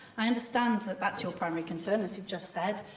i understand that that's your primary concern, as you've just said,